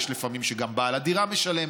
יש לפעמים שגם בעל הדירה משלם,